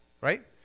right